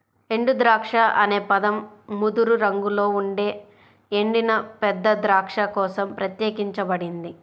ఎండుద్రాక్ష అనే పదం ముదురు రంగులో ఉండే ఎండిన పెద్ద ద్రాక్ష కోసం ప్రత్యేకించబడింది